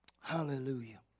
Hallelujah